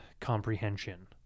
Comprehension